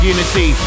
Unity